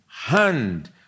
hand